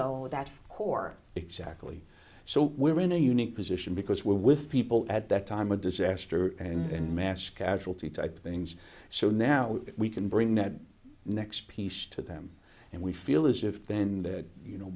of that core exactly so we're in a unique position because we're with people at that time of disaster and mass casualty type things so now we can bring that next piece to them and we feel as if then you know